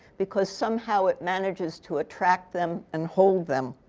because somehow, it manages to attract them and hold them.